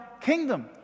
kingdom